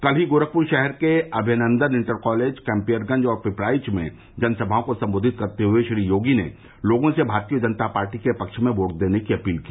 कल ही गोरखपूर शहर के अभयनन्दन इंटर कॉलेज कैम्पियरगंज और पिपराइच में जनसभाओं को सम्बोधित करते हुए श्री योगी ने लोगों से भारतीय जनता पार्टी के पक्ष में वोट देने की अपील की